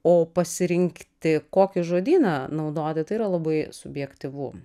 o pasirinkti kokį žodyną naudoti tai yra labai subjektyvu